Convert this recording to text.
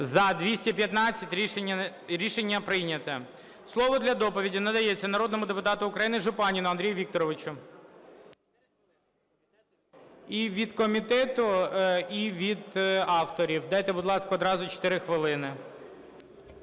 За-215 Рішення прийнято. Слово для доповіді надається народному депутату України Жупанину Андрію Вікторовичу – і від комітету, і від авторів. Дайте, будь ласка, одразу 4 хвилини.